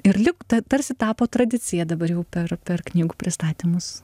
ir lyg tarsi tapo tradicija dabar jau per per knygų pristatymus